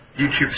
YouTube